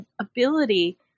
ability